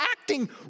acting